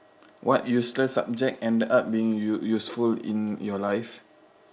what useless subject ended up being use~ useful in your life